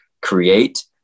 create